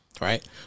right